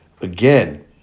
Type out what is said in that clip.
Again